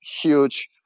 huge